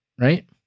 right